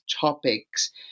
topics